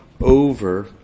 over